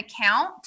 account